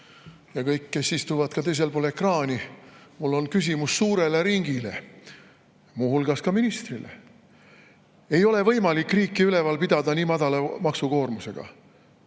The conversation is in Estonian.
ja kõik, kes istuvad teisel pool ekraani! Mul on küsimus suurele ringile, muu hulgas ka ministrile. Ei ole võimalik riiki üleval pidada nii madala maksukoormusega?